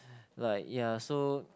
like yeah so